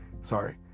Sorry